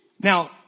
Now